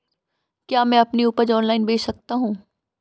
क्या मैं अपनी उपज ऑनलाइन बेच सकता हूँ?